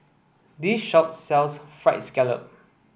this shop sells fried scallop